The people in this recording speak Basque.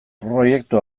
proiektu